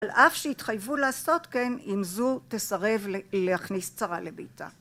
על אף שהתחייבו לעשות כן, אם זו תסרב להכניס צרה לביתה